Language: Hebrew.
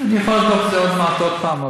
אני יכול לבדוק את זה עוד מעט עוד פעם,